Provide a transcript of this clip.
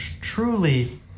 truly